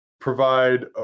provide